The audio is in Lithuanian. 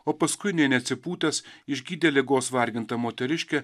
o paskui nė neatsipūtęs išgydė ligos vargintą moteriškę